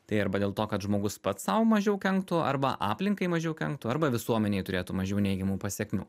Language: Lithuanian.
tai arba dėl to kad žmogus pats sau mažiau kenktų arba aplinkai mažiau kenktų arba visuomenei turėtų mažiau neigiamų pasekmių